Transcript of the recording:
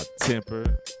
temper